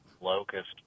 locust